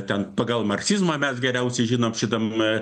ten pagal marksizmą mes geriausiai žinom šitam